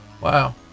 Wow